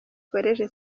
college